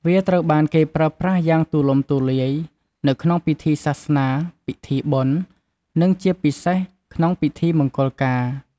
វាត្រូវបានគេប្រើប្រាស់យ៉ាងទូលំទូលាយនៅក្នុងពិធីសាសនា ពិធីបុណ្យ និងជាពិសេសក្នុងពិធីមង្គលការ។